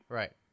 right